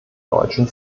deutschen